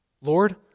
Lord